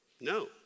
no